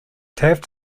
taft